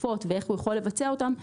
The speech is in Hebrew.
התקופות ואיך הוא יכול לבצע אותם,